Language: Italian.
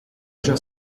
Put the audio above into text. già